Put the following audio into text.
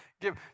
Give